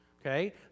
Okay